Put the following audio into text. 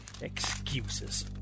Excuses